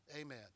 Amen